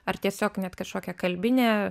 ar tiesiog net kažkokia kalbinė